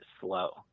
slow